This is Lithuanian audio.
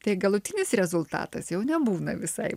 tai galutinis rezultatas jau nebūna visai